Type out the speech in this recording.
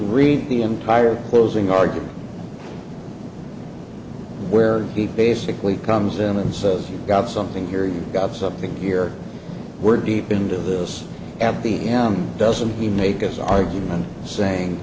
read the entire closing argument where he basically comes in and says you've got something here you've got something here we're deep into this at the end doesn't he make his argument saying